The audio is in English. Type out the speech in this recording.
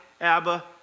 Abba